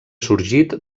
sorgit